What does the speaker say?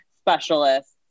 specialists